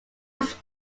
was